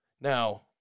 Now